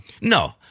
no